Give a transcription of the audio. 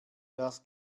das